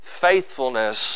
faithfulness